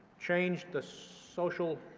changed the social